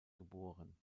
geboren